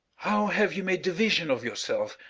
how have you made division of yourself?